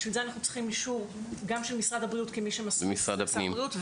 בגלל זה אנחנו צריכים אישור גם של משרד הבריאות ומשרד הפנים.